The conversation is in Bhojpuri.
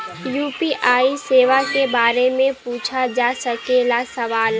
यू.पी.आई सेवा के बारे में पूछ जा सकेला सवाल?